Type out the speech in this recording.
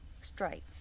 straight